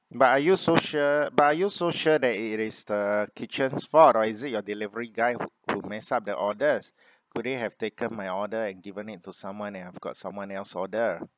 but are you so sure but are you so sure that it is the kitchen's fault or is it your delivery guy who could messed up the orders could he have taken my order and given it to someone and I have got someone else order